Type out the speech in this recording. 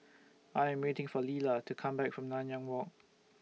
I Am waiting For Leala to Come Back from Nanyang Walk